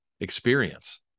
experience